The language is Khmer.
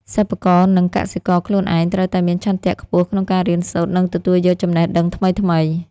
សិប្បករនិងកសិករខ្លួនឯងត្រូវតែមានឆន្ទៈខ្ពស់ក្នុងការរៀនសូត្រនិងទទួលយកចំណេះដឹងថ្មីៗ។